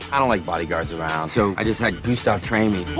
i don't like bodyguards around, so i just had gustov train